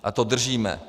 A to držíme.